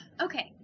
okay